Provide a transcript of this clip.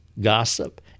gossip